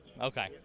Okay